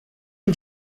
and